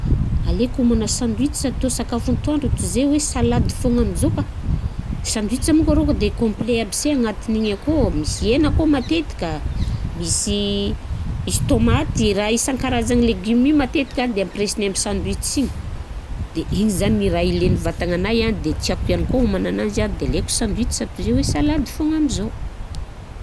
Aleoko manao sandwich atao sakafo atoandro tozay hoe salady foana am'zao ka, sandwich manko rô ka de complet aby se agnatiny igny akao, misy hena akao matetika, misy misy tômaty, raha isan-karazagny légume io matetika de ampiraisiny amin'ny sandwich io, de igny zany raha ilain'ny vatagnanahy an de tiako ihany kô mananazy an de aleoko sandwich toy zay hoe salady foana am'zao.